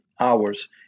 hours